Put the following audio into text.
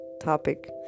topic